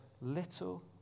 little